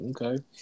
okay